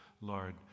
Lord